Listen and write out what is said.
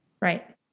Right